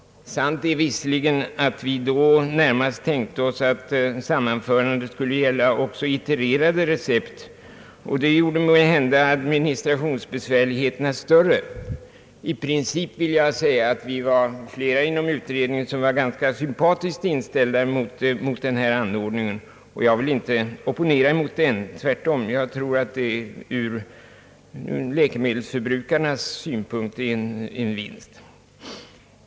Sant är visserligen att vi då närmast tänkte oss att sammanförandet skulle gälla även itererade recept, vilket måhända skulle göra administrationsbesvärligheterna större. Inom utredningen var emellertid flera i princip ganska sympatiskt inställda till denna anordning, och jag vill inte opponera mot den utan tvärtom — jag tror att detta ur läkemedelsförbrukarnas synpunkt är en vinst.